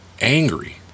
angry